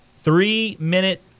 three-minute